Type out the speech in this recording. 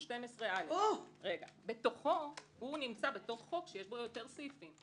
12א. הוא נמצא בתוך חוק שיש בו יותר סעיפים.